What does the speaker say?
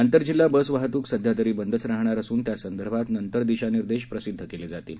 आंतर जिल्हा बस वाहतूक सध्यातरी बंदच राहणार असून त्यासंदर्भात नंतर दिशानिर्देश प्रसिद्ध केले जातील